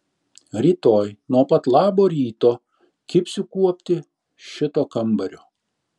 rytoj nuo pat labo ryto kibsiu kuopti šito kambario